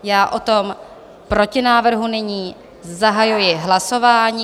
O tom protinávrhu nyní zahajuji hlasování.